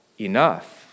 enough